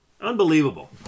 Unbelievable